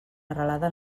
arrelada